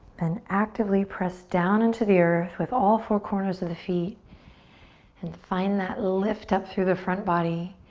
then actively press down into the earth with all four corners of the feet and find that lift up through the front body.